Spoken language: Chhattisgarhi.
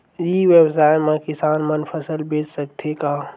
ई व्यवसाय म किसान मन फसल बेच सकथे का?